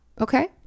okay